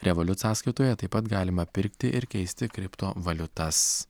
revoliut sąskaitoje taip pat galima pirkti ir keisti kriptovaliutas